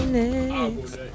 next